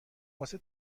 واسه